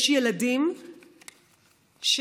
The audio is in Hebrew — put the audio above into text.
יש ילדים שסובלים.